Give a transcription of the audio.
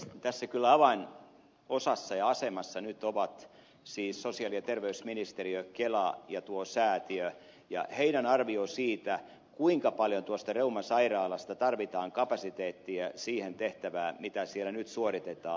tässä ovat kyllä avainosassa ja asemassa siis sosiaali ja terveysministeriö kela ja säätiö ja niiden arvio siitä kuinka paljon tuosta reumasairaalasta tarvitaan kapasiteettia siihen tehtävään mitä siellä nyt suoritetaan